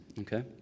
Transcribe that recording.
Okay